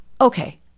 Okay